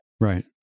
Right